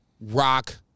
Rock